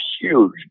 huge